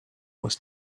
was